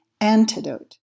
antidote